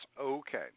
okay